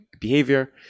behavior